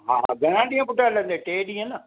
हा हा घणा ॾींहं पुटु हलंदे टे ॾींहं न